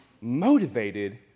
motivated